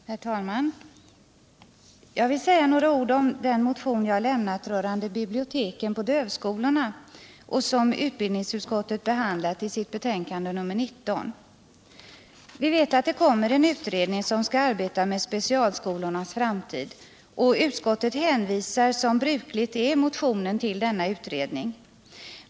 Herr talman! Jag vill säga några ord om den motion som jag väckt rörande biblioteken på dövskolorna och som utbildningsutskottet behandlat i sitt betänkande nr 19. Vi vet att det kommer en utredning som skall arbeta med specialskolornas framtid, och utskottet hänvisar som brukligt är motionen till denna utredning.